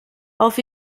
auf